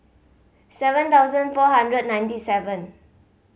seven thousand four hundred ninety seven